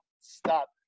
stop